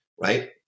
right